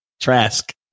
Trask